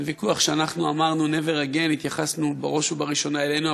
אין ויכוח שכשאנחנו אמרנו: Never again התייחסנו בראש ובראשונה אלינו,